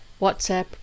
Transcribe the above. WhatsApp